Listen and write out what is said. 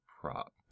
prop